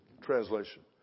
Translation